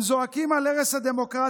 הם זועקים על הרס הדמוקרטיה,